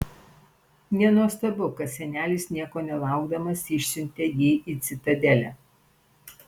nenuostabu kad senelis nieko nelaukdamas išsiuntė jį į citadelę